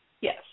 yes